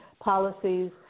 policies